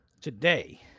today